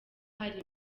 hari